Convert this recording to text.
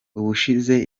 ubushize